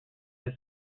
its